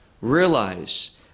Realize